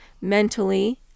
mentally